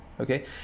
okay